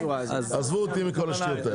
אז עזבו אותי מכל השטויות האלה.